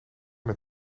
met